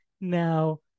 now